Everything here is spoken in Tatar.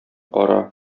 кара